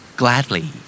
gladly